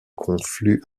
conflue